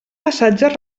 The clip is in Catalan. passatges